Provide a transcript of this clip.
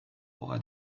aura